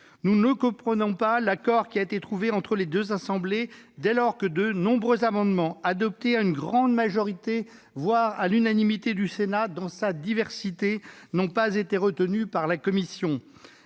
Nous ne comprenons pas l'accord qui a été trouvé entre les deux assemblées, dès lors que de nombreux amendements adoptés à une grande majorité, voire à l'unanimité du Sénat dans sa diversité n'ont pas été retenus par la commission.